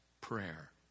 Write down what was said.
prayer